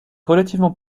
relativement